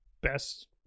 best